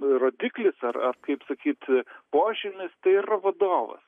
rodiklis ar ar kaip sakyt požymis tai yra vadovas